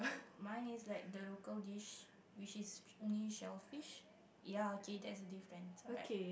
mine is like the local dish which is only shellfish ya K that's the difference alright